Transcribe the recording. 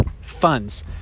funds